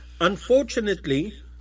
Unfortunately